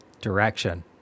direction